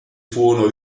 furono